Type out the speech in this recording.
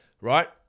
Right